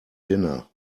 dinner